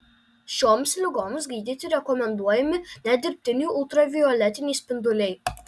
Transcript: šioms ligoms gydyti rekomenduojami net dirbtiniai ultravioletiniai spinduliai